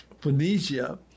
Phoenicia